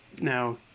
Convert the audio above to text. now